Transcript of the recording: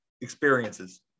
experiences